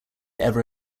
ever